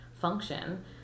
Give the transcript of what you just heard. function